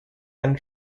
and